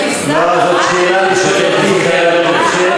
זאת כבשת הרש.